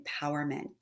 empowerment